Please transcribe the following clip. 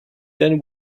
then